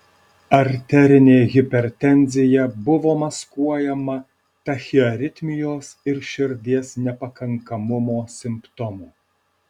arterinė hipertenzija buvo maskuojama tachiaritmijos ir širdies nepakankamumo simptomų